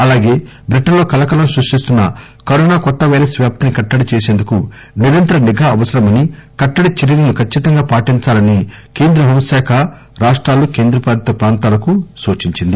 అలాగే బ్రిటన్ లో కలకలం సృష్టిస్తున్న కరోనా కొత్త వైరస్ వ్యాప్తిని కట్టడి చేసేందుకు నిరంతర నిఘా అవసరమని కట్టాడు చర్యలను ఖచ్చితంగా పాటిందాలని కేంద్ర హోం శాఖ రాష్టాలుకేంద్ర పాలిత ప్రాంతాలకు సూచించింది